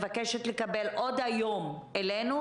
אמרתי לכם, תנו לי לנהל, בסוף יצאו דברים טובים.